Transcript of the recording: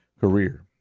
career